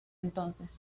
entonces